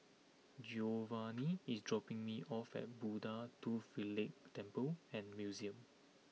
Giovani is dropping me off at Buddha Tooth Relic Temple and Museum